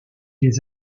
les